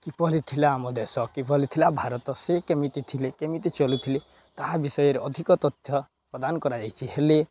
କିପରି ଥିଲା ଆମ ଦେଶ କିଭଳି ଥିଲା ଭାରତ ସେ କେମିତି ଥିଲେ କେମିତି ଚଳୁଥିଲେ ତାହା ବିଷୟରେ ଅଧିକ ତଥ୍ୟ ପ୍ରଦାନ କରାଯାଇଛି ହେଲେ